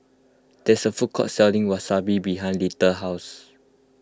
there is a food court selling Wasabi behind Little house